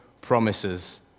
promises